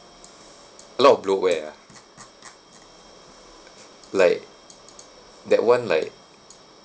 a lot of bloatware ah like that [one] like